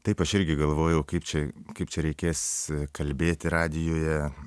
taip aš irgi galvojau kaip čia kaip čia reikės kalbėti radijuje